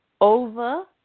over